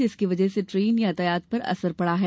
जिसकी वजह से ट्रेन यातायात पर असर पड़ा है